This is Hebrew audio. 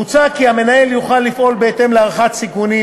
מוצע כי המנהל יוכל לפעול בהתאם להערכת סיכונים,